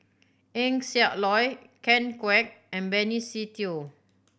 Eng Siak Loy Ken Kwek and Benny Se Teo